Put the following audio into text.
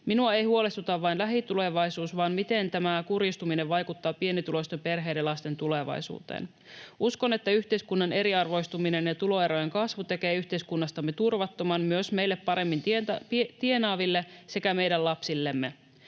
Minua ei huolestuta vain lähitulevaisuus vaan se, miten tämä kurjistuminen vaikuttaa pienituloisten perheiden lasten tulevaisuuteen. Uskon, että yhteiskunnan eriarvoistuminen ja tuloerojen kasvu tekee yhteiskunnastamme turvattoman myös meille paremmin tienaaville sekä meidän lapsillemme.